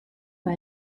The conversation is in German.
war